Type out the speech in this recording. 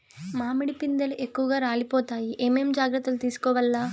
మామిడి పిందెలు ఎక్కువగా రాలిపోతాయి ఏమేం జాగ్రత్తలు తీసుకోవల్ల?